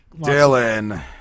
Dylan